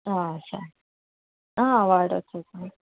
sir వాడవచ్చు sir